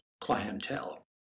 clientele